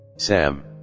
Sam